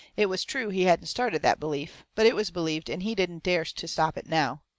it was true he hadn't started that belief but it was believed, and he didn't dare to stop it now.